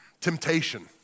temptation